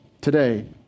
today